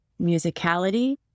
musicality